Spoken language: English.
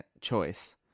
choice